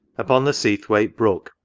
upon the seathwaite brook,